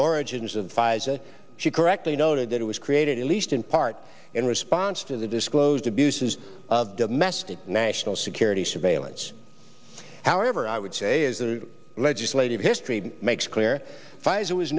origins of pfizer she correctly noted that it was created at least in part in response to the disclosed abuses of domestic national security surveillance however i would say is the legislative history makes clear pfizer was